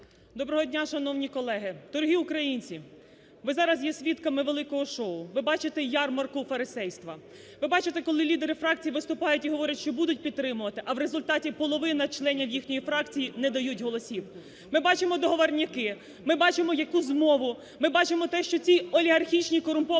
Доброго дня, шановні колеги. Дорогі українці, ви зараз є свідками великого шоу, ви бачите ярмарку фарисейства. Ви бачите, коли лідери фракцій виступають і говорять, що будуть підтримувати, а в результаті – половина членів їхньої фракції не дають голосів. Ми бачимо договорняки, ми бачимо, яку змову, ми бачимо те, що ці олігархічні корумповані